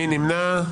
מי נמנע?